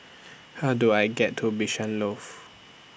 How Do I get to Bishan Loft